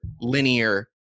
linear